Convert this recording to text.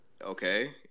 Okay